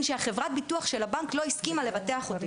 שחברת הביטוח של הבנק לא הסכימה לבטח אותי.